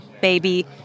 baby